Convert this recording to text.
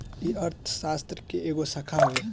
ई अर्थशास्त्र के एगो शाखा हवे